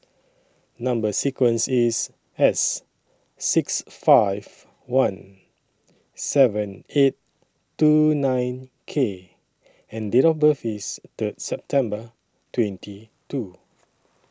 Number sequence IS S six five one seven eight two nine K and Date of birth IS Third September twenty two